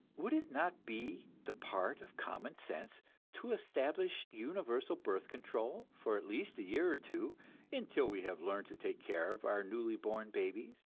would it not be the part of common sense to establish universal birth control for at least a year or two until we have learned to take care of our newly born babies,